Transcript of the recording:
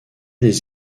des